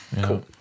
Cool